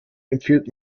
empfiehlt